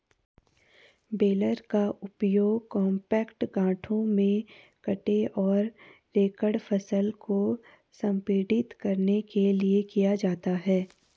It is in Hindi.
बेलर का उपयोग कॉम्पैक्ट गांठों में कटे और रेक्ड फसल को संपीड़ित करने के लिए किया जाता है